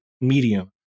medium